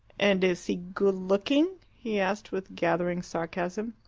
and is he good-looking? he asked, with gathering sarcasm.